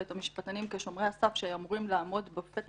ואת המשפטנים כשומרי הסף שאמורים לעמוד בפתח